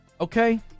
Okay